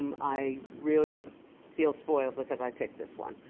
um i really feel spoiled because i picked this one.